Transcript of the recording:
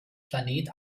planet